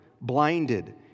blinded